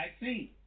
vaccine